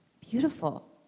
Beautiful